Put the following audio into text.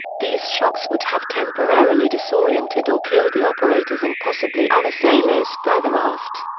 these shocks would have temporarily disoriented or killed the operators and possibly other sailors further aft.